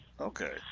Okay